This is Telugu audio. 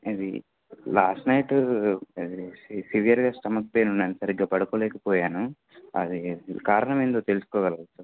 ఇది లాస్ట్ నైట్ సివియర్గా స్టమక్ పెయిన్ ఉందండి సరిగ్గా పడుకోలేకపోయాను అది కారణం ఎంటో తెలుసుకోగలుగుతారా